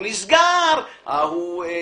רגע --- אז תעשו תחבורה ציבורית, בשם האלוהים.